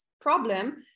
problem